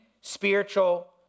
spiritual